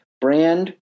Brand